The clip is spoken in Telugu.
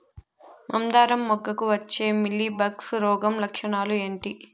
మందారం మొగ్గకు వచ్చే మీలీ బగ్స్ రోగం లక్షణాలు ఏంటి?